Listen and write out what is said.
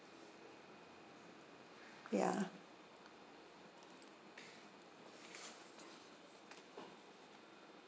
ya